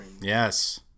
Yes